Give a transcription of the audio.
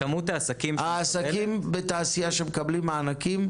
העסקים בתעשייה שמקבלים מענקים,